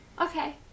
Okay